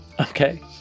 Okay